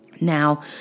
Now